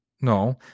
no